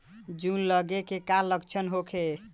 जूं लगे के का लक्षण का होखे?